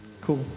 Cool